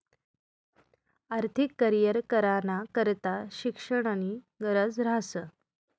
आर्थिक करीयर कराना करता शिक्षणनी गरज ह्रास